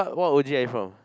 what O_G are you from